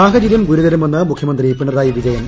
സാഹചര്യം ഗുരുതരമെന്ന് മുഖ്യമന്ത്രി പിണറായി വിജയൻ